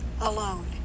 alone